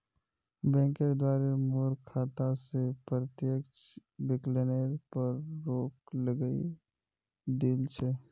बैंकेर द्वारे मोर खाता स प्रत्यक्ष विकलनेर पर रोक लगइ दिल छ